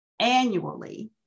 annually